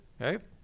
okay